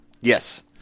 Yes